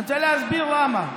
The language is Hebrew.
אני רוצה להסביר למה.